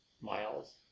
Miles